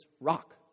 rock